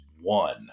one